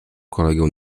kolegę